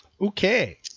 Okay